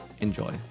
enjoy